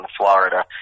Florida